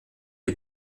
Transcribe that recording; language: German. die